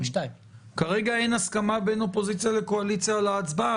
כרגע אין הסכמה בין אופוזיציה לקואליציה על ההצבעה,